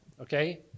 Okay